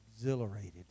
exhilarated